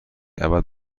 ابد